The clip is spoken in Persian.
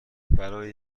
برای